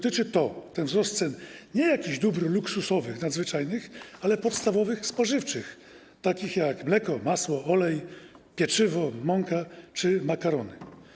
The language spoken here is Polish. Ten wzrost cen dotyczy nie jakichś dóbr luksusowych, nadzwyczajnych, ale podstawowych spożywczych, takich jak: mleko, masło, olej, pieczywo, mąka czy makarony.